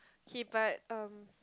okay but um